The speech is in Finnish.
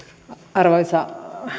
arvoisa